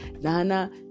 Nana